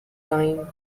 dime